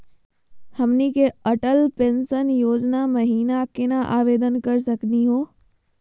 हमनी के अटल पेंसन योजना महिना केना आवेदन करे सकनी हो?